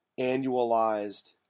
annualized